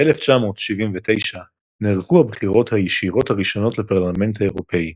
ב-1979 נערכו הבחירות הישירות הראשונות לפרלמנט האירופי.